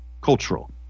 cultural